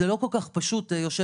זה לא כל כך פשוט להוציא,